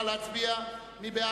להלן